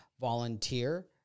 volunteer